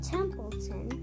Templeton